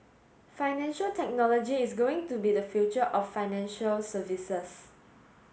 financial technology is going to be the future of financial services